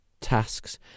tasks